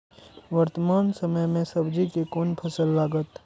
वर्तमान समय में सब्जी के कोन फसल लागत?